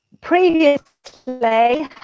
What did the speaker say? previously